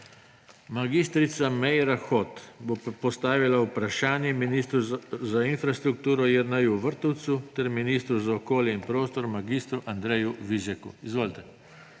Mag. Meira Hot bo postavila vprašanje ministru za infrastrukturo Jerneju Vrtovcu ter ministru za okolje in prostor mag. Andreju Vizjaku. Izvolite.